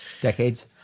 Decades